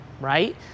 right